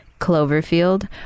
cloverfield